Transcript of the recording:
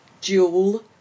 Jewel